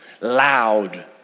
loud